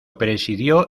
presidió